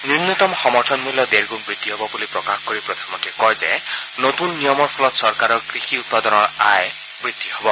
ন্যনতম সমৰ্থন মূল্য ডেৰগুণ বৃদ্ধি হ'ব বুলি প্ৰকাশ কৰি প্ৰধানমন্ত্ৰীয়ে কয় যে নতুন নিয়মৰ ফলত চৰকাৰৰ কৃষি উৎপাদনৰ আয় বৃদ্ধি হ'ব